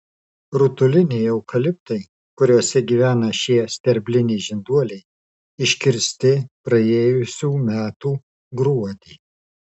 rutuliniai eukaliptai kuriuose gyvena šie sterbliniai žinduoliai iškirsti praėjusių metų gruodį